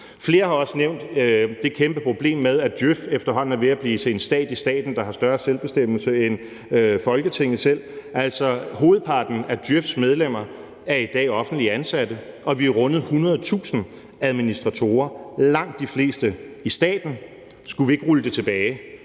Flere har også nævnt det kæmpeproblem med, at djøf efterhånden er ved at blive til en stat i staten, der har større selvbestemmelse end Folketinget selv. Altså, hovedparten af djøfs medlemmer er i dag offentligt ansatte, og vi har rundet 100.000 administratorer, langt de fleste i staten. Skulle vi ikke rulle det 5